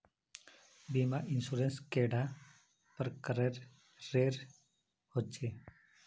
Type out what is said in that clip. बीमा इंश्योरेंस कैडा प्रकारेर रेर होचे